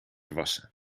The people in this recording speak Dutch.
wassen